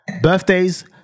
Birthdays